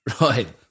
Right